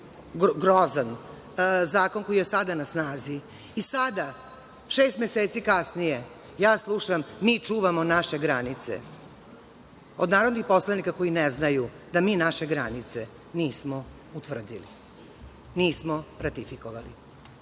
grozan zakon koji je sada na snazi i sada šest meseci kasnije ja slušam – mi čuvamo naše granice, od narodnih poslanika koji ne znaju da mi naše granice nismo utvrdili. Nismo ratifikovali,